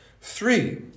Three